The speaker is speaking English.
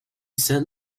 sent